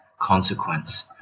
consequence